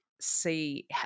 see